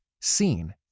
seen